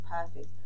perfect